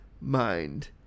mind